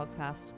Podcast